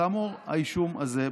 כאמור, האישום הזה בוטל.